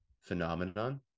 phenomenon